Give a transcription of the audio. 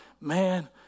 man